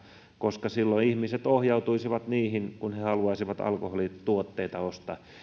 koska silloin ihmiset ohjautuisivat niihin kun he haluaisivat alkoholituotteita ostaa